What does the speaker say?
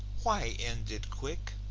why end it quick?